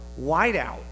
whiteout